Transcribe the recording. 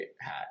hat